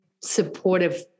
supportive